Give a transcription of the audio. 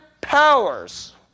powers